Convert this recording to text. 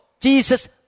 Jesus